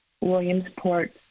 Williamsport